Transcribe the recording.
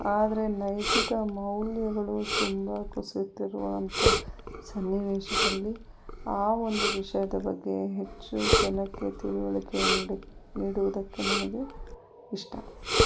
ಆದರೆ ನೈತಿಕ ಮೌಲ್ಯಗಳು ತುಂಬ ಕುಸಿಯುತ್ತಿರುವಂತ ಸನ್ನಿವೇಶದಲ್ಲಿ ಆ ಒಂದು ವಿಷಯದ ಬಗ್ಗೆ ಹೆಚ್ಚು ಜನಕ್ಕೆ ತಿಳುವಳಿಕೆ ನೀಡಿಕ್ ನೀಡುವುದಕ್ಕೆ ನನಗೆ ಇಷ್ಟ